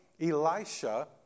Elisha